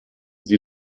sie